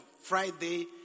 Friday